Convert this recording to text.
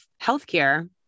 healthcare